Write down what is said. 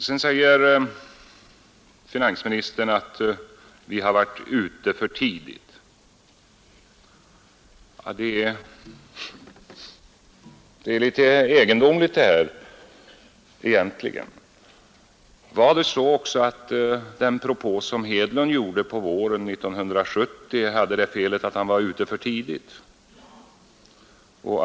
Sedan säger finansministern att vi har varit ute för tidigt. Det är egentligen lite egendomligt. Var det också så, att den propå som herr Hedlund gjorde på våren 1970 hade det felet att han var ute för tidigt?